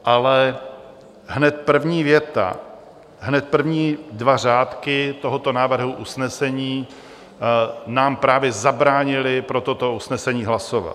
Ale hned první věta, hned první dva řádky, tohoto návrhu usnesení nám právě zabránily pro toto usnesení hlasovat.